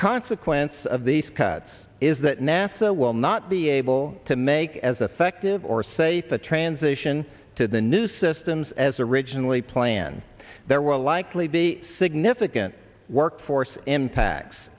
consequence of these cuts is that nasa will not be able to make as affective or safe the transition to the new systems as originally planned there will likely be significant workforce impacts